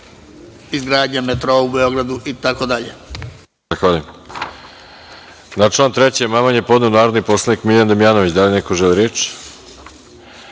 izgradnja metroa u Beogradu itd.